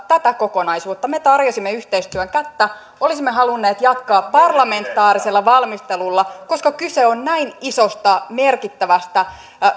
tätä kokonaisuutta me tarjosimme yhteistyön kättä olisimme halunneet jatkaa parlamentaarisella valmistelulla koska kyse on näin isosta merkittävästä